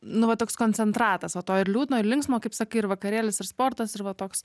nu va toks koncentratas va to ir liūdno ir linksmo kaip sakai ir vakarėlis ir sportas ir va toks